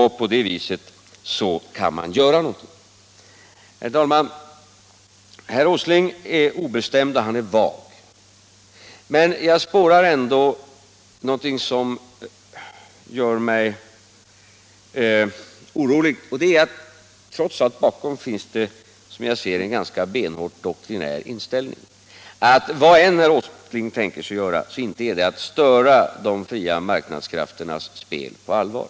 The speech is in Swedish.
På det viset kan man göra någonting. Herr talman! Herr Åsling är obestämd och han är vag, men jag spårar ändå någonting som gör mig orolig, nämligen att det bakom hans uttalanden, som jag ser det, trots allt finns en ganska benhård doktrinär inställning som tyder på att vad herr Åsling än tänker göra — inte är det att störa de fria marknadskrafternas spel på allvar.